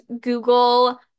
Google